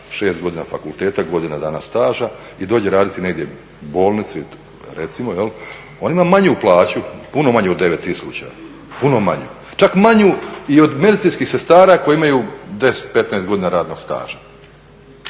6 godina fakulteta, godina dana staža i dođe raditi negdje u bolnicu recimo. On ima manju plaću, puno manju od 9000, čak manju i od medicinskih sestara koje imaju 10, 15 godina radnog staža.